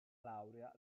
laurea